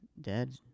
dead